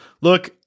Look